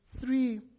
three